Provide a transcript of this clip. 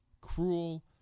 cruel